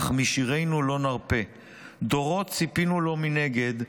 אך משירינו לא נרפה / דורות ציפינו לו מנגד,